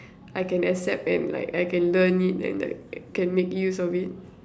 I can accept and like I can learn it and like can make use of it